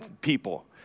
people